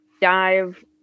dive